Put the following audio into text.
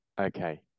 Okay